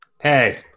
Hey